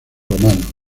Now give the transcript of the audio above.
romanos